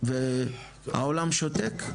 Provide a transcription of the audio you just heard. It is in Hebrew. והעולם שותק.